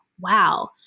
wow